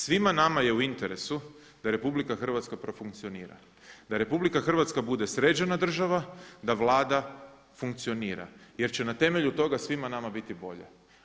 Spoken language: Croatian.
Svima nama je u interesu da RH profunkcionira, da RH bude sređena država, da Vlada funkcionira jer će na temelju toga svima nama biti bolje.